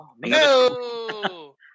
No